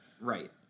right